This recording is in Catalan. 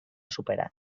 superat